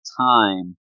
time